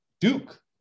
Duke